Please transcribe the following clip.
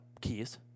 keys